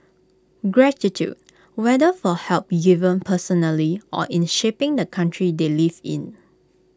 gratitude whether for help given personally or in shaping the country they live in